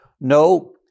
No